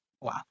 Wow